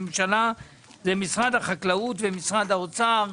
הממשלה זה משרד החקלאות ומשרד האוצר.